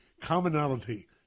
commonality